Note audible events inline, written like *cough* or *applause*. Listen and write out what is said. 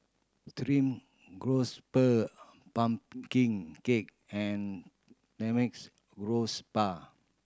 stream *unintelligible* pumpkin cake and *unintelligible* garoupa